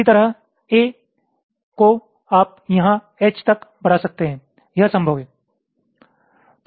इसी तरह A को आप यहां H तक बढ़ा सकते हैं यह संभव है